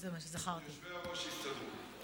היושבי-ראש יסתדרו.